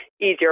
easier